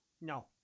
No